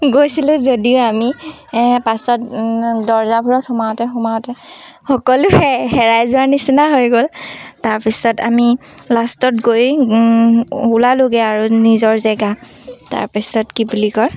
গৈছিলোঁ যদিও আমি পাছত দৰ্জাবোৰত সোমাওঁতে সোমাওঁতে সকলো হেৰাই যোৱাৰ নিচিনা হৈ গ'ল তাৰপিছত আমি লাষ্টত গৈ ওলালোগৈ আৰু নিজৰ জেগা তাৰপিছত কি বুলি কয়